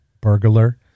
burglar